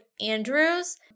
Andrews